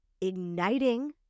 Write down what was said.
igniting